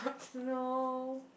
no